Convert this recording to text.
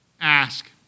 ask